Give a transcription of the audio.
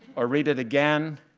or read it again.